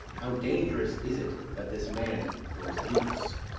how dangerous is it that this man goes loose!